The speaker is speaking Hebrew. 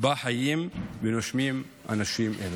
שבה חיים ונושמים אנשים אלה,